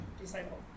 disciple